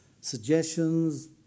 suggestions